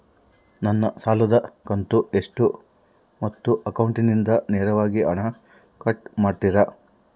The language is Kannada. ನನ್ನ ಸಾಲದ ಕಂತು ಎಷ್ಟು ಮತ್ತು ಅಕೌಂಟಿಂದ ನೇರವಾಗಿ ಹಣ ಕಟ್ ಮಾಡ್ತಿರಾ?